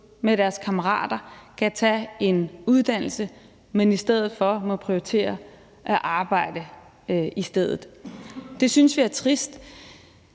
med deres kammerater kan tage en uddannelse, men i stedet for må prioritere at arbejde. Det synes vi er trist.